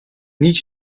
need